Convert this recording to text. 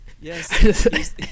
yes